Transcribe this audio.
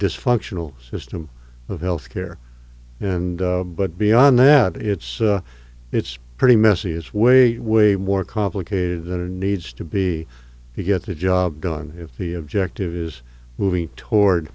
dysfunctional system of health care and but beyond that it's it's pretty messy is way way way more complicated than it needs to be to get the job done if the objective is moving toward